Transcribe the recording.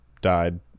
died